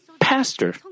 pastor